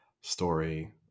story